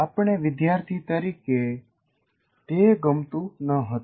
આપણે વિદ્યાર્થી તરીકે તે ગમતું ન હતું